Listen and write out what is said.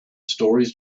stories